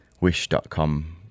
wish.com